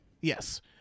Yes